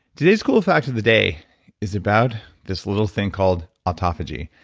today's cool fact of the day is about this little thing called autophagy.